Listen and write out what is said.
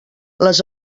les